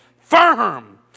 firm